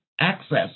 access